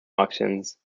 auctions